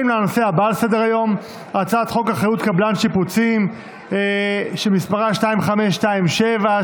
בעד, 53, נגד, 44, אין נמנעים.